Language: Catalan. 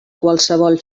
qualsevol